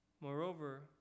Moreover